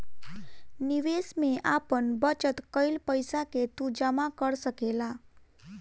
निवेश में आपन बचत कईल पईसा के तू जमा कर सकेला